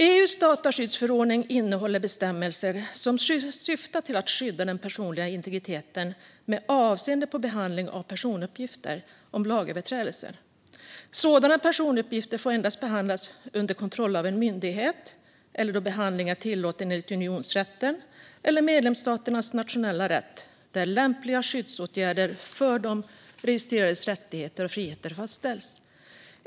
EU:s dataskyddsförordning innehåller bestämmelser som syftar till att skydda den personliga integriteten med avseende på behandling av personuppgifter om lagöverträdelser. Sådana personuppgifter får endast behandlas under kontroll av en myndighet eller då behandling är tillåten enligt unionsrätten eller medlemsstaternas nationella rätt, där lämpliga skyddsåtgärder för de registrerades rättigheter och friheter fastställs.